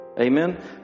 amen